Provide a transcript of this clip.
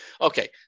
Okay